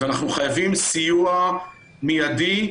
אנחנו חייבים סיוע מידי.